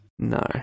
No